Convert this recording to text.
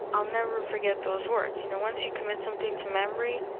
i'll never forget those words. you know once you commit something to memory,